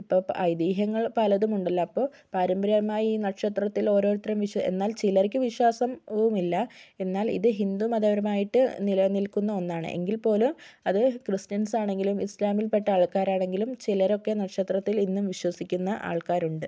ഇപ്പോൾ ഐതിഹ്യങ്ങൾ പലതും ഉണ്ടല്ലോ അപ്പോൾ പാരമ്പര്യമായി നക്ഷത്രത്തിൽ ഓരോരുത്തരും വിശ്വ എന്നാൽ ചിലർക്ക് വിശ്വാസം പോകുന്നില്ല എന്നാൽ ഇത് ഹിന്ദു മതപരമായിട്ട് നിലനിൽക്കുന്ന ഒന്നാണ് എങ്കിൽ പോലും അത് ക്രിസ്ത്യൻസാണെങ്കിലും ഇസ്ലാമിൽ പെട്ട ആൾക്കാരാണെങ്കിലും ചിലരൊക്കെ നക്ഷത്രത്തിൽ ഇന്നും വിശ്വസിക്കുന്ന ആൾക്കാരുണ്ട്